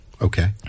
Okay